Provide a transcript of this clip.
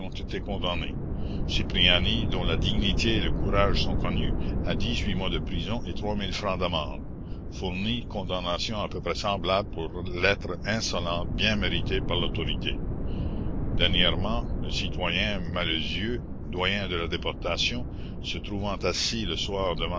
ont été condamnés cipriani dont la dignité et le courage sont connus à dix-huit mois de prison et francs d'amende fourny condamnation à peu près semblable pour lettres insolentes bien méritées par l'autorité dernièrement le citoyen malezieux doyen de la déportation se trouvant assis le soir